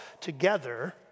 Together